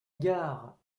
gare